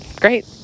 Great